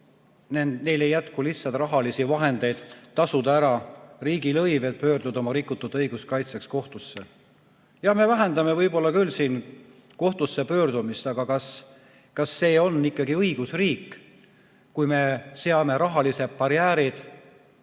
neil ei jätku lihtsalt rahalisi vahendeid tasuda ära riigilõiv, et pöörduda oma rikutud õiguste kaitseks kohtusse. Jaa, me vähendame võib-olla küll kohtusse pöördumist, aga kas see on ikkagi õigusriik, kui me seame rahalised barjäärid